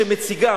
שמציגה,